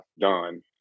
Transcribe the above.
done